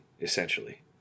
essentially